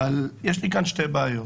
אבל יש לי כאן שתי בעיות.